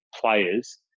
players